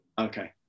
okay